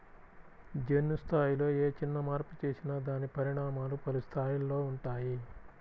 జన్యు స్థాయిలో ఏ చిన్న మార్పు చేసినా దాని పరిణామాలు పలు స్థాయిలలో ఉంటాయి